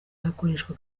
hakoreshwa